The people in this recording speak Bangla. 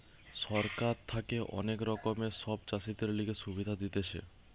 সরকার থাকে অনেক রকমের সব চাষীদের লিগে সুবিধা দিতেছে